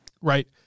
Right